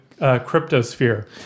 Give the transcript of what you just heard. cryptosphere